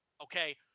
Okay